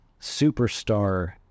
superstar